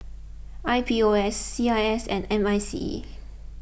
I P O S C I S and M I C E